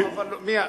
לא.